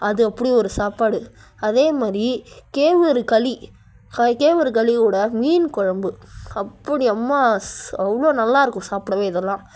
அது அப்படி ஒரு சாப்பாடு அதே மாதிரி கேவுரு களி கேவுரு களியோடு மீன் குழம்பு அப்படி அம்மா ச அவ்வளோ நல்லாயிருக்கும் சாப்பிடவே இதெல்லாம்